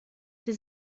sie